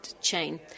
chain